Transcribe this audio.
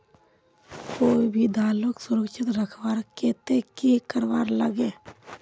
कोई भी दालोक सुरक्षित रखवार केते की करवार लगे?